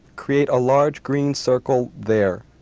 create a large green circle there.